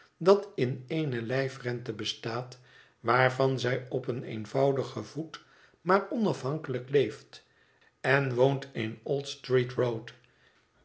dat in eene lijfrente bestaat waarvan zij op een eenvoudigen voet maar onafhankelijk leeft en woont in old street road